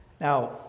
Now